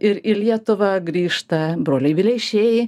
ir į lietuvą grįžta broliai vileišiai